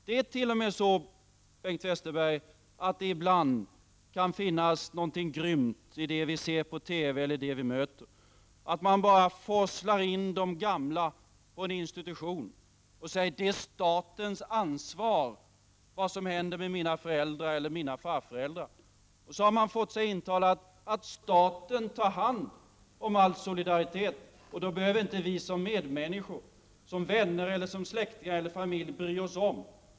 Det är t.o.m. så, Bengt Westerberg, att det ibland kan finnas någonting grymt i det vi ser på TV eller det vi möter — att man bara forslar in de gamla på en institution och säger: ”Det är statens ansvar vad som händer med mina föräldrar eller mina farföräldrar.” Och så har man fått sig intalat att staten tar hand om all solidaritet, och då behöver inte vi som medmänniskor, som vänner, som släktingar eller som familjemedlemmar, bry oss om.